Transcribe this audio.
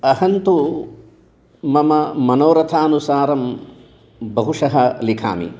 अहन्तु मम मनोरथानुसारं बहुशः लिखामि